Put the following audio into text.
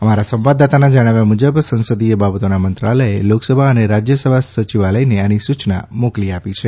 અમારા સંવાદદાતાના જણાવ્યા મુજબ સંસદીય બાબતોના મંત્રાલયે લોકસભા અને રાજ્યસભા સચિવાલયને આની સૂચના મોકલી આપી છે